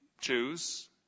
choose